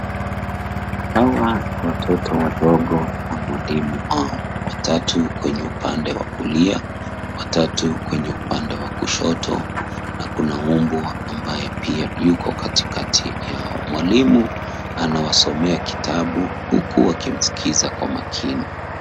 Hawa ni watoto wadogo na mwalimu hao watatu kwenye upande wa kulia, watatu kwenye upande wa kushoto na kuna mbwa ambaye pia yuko katikati yao. Mwalimu anawasomea kitabu huku wakimsikiza kwa makini.